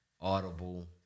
Audible